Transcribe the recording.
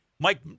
Mike